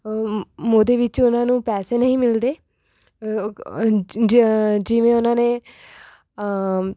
ਉਹਦੇ ਵਿੱਚ ਉਨ੍ਹਾਂ ਨੂੰ ਪੈਸੇ ਨਹੀਂ ਮਿਲਦੇ ਜਿ ਜਿਵੇਂ ਉਨ੍ਹਾਂ ਨੇ